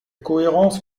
cohérence